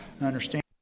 understand